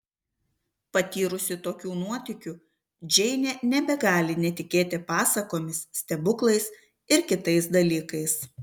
patyrusi tokių nuotykių džeinė nebegali netikėti pasakomis stebuklais ir kitais dalykais